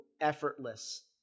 effortless